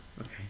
Okay